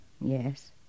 Yes